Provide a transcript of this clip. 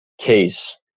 case